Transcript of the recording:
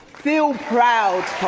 feel proud,